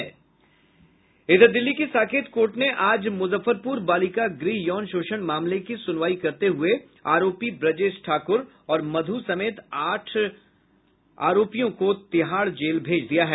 दिल्ली की साकेत कोर्ट ने आज मुजफ्फरपुर बालिका गृह यौन शोषण मामले की सुनवाई करते हुये आरोपी ब्रजेश ठाकुर और मधु समेत कांड के आठ आरोपियों को तिहाड़ जेल भेज दिया है